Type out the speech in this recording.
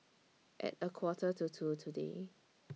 At A Quarter to two today